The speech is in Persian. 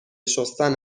شستن